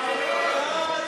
סעיף תקציבי 70,